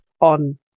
on